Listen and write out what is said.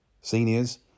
Seniors